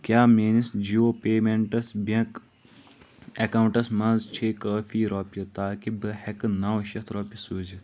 کیٛاہ میٲنِس Jio payments bank accounts منٛز چھ کٲفی رۄپیہِ تاکہِ بہٕ ہٮ۪کہٕ نو شٮ۪تھ رۄپیہِ سوٗزِتھ؟